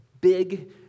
big